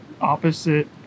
opposite